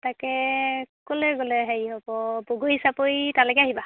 তাকে ক'লৈ গ'লে হেৰি আকৌ বগৰী চাপৰি তালৈকে আহিবা